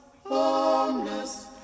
Homeless